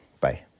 bye